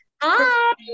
Hi